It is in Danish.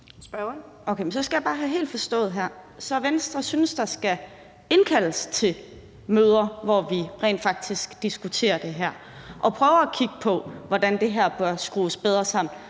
så skal jeg bare lige forstå det helt: Så Venstre synes, der skal indkaldes til møder, hvor vi rent faktisk diskuterer det her og prøver at kigge på, hvordan det her kan skrues bedre sammen,